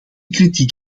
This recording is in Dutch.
kritiek